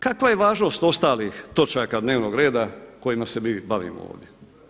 Kakva je važnost ostalih točaka dnevnog reda kojima se mi bavimo ovdje?